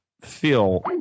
feel